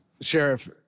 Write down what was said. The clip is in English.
Sheriff